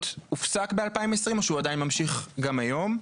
הופסק ב-2020 או שהוא עדיין נמשך גם היום?